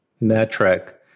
metric